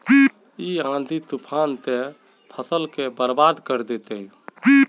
इ आँधी तूफान ते फसल के बर्बाद कर देते?